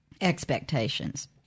expectations